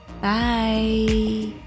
Bye